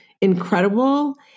incredible